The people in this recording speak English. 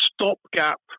stopgap